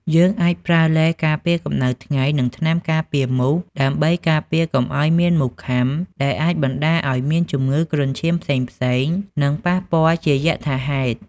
យើងអាចប្រើឡេការពារកំដៅថ្ងៃនិងថ្នាំការពារមូសដើម្បីការពារកុំឲ្យមានមូសខាំដែលអាចបណ្តាលឲ្យមានជំនឺគ្រុនឈាមផ្សេងៗនិងប៉ះពាលជាយថាហេតុ។